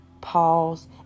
pause